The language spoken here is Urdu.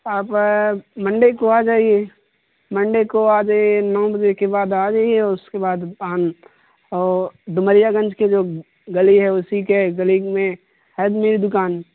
آپ منڈے کو آ جائیے منڈے کو آ جائیے نو بجے کے بعد آ جائیے اور اس کے بعد دکان اور ڈومریا گنج کے جو گلی ہے اسی کے گلی میں ہے میری دکان